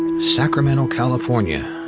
sacramento, california.